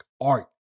art